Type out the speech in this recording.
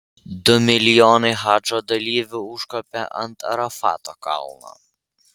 du milijonai hadžo dalyvių užkopė ant arafato kalno